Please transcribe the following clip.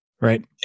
Right